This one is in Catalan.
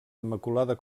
immaculada